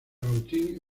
agustín